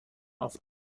auf